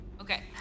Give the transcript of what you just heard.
okay